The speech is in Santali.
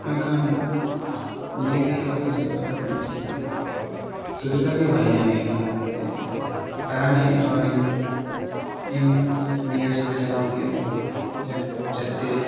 ᱢᱮᱱᱠᱷᱟᱱ ᱱᱤᱭᱟᱹᱜᱮ ᱟᱞᱮ ᱥᱮᱱᱟᱜ ᱫᱚ ᱢᱤᱫᱴᱮᱱ ᱥᱩᱵᱤᱫᱷᱟ ᱜᱮ ᱵᱟᱭ ᱧᱟᱢᱮᱫ ᱠᱟᱱᱟ ᱡᱮ ᱫᱟᱬᱟᱱ ᱦᱮᱡ ᱦᱚᱲ ᱤᱧ ᱤᱧ ᱱᱤᱭᱟᱹ ᱥᱩᱵᱤᱫᱷᱟ ᱵᱟᱝ ᱦᱩᱭᱩᱜ ᱠᱟᱱᱟ ᱡᱟᱛᱮ